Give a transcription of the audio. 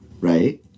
Right